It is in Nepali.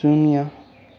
शून्य